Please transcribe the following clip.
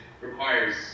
requires